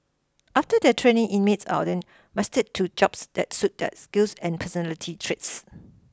after their training inmates are then matched to jobs that suit their skills and personality traits